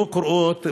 לא קורות,